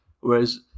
Whereas